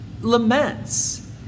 laments